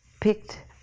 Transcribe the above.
picked